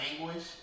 anguish